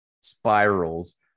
spirals